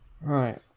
Right